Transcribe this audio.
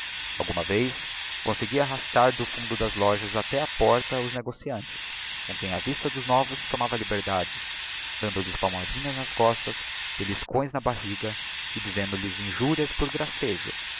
algumas vezes conseguia arrastar do fundo das lojas até á porta os negociantes com quem á vista dos novos tomava liberdades dando-lhes palmadinhas nas costas beliscões na barriga e dizendo-lhes injurias por gracejo